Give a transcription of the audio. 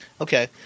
Okay